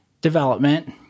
development